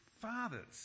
fathers